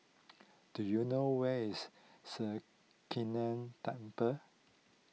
do you know where is Sri Krishnan Temple